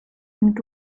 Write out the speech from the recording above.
and